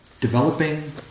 Developing